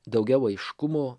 daugiau aiškumo